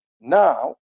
Now